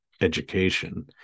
education